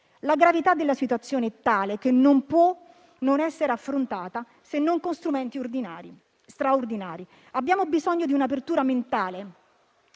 La gravità della situazione è tale che non può non essere affrontata se non con strumenti straordinari. Abbiamo bisogno di un'apertura mentale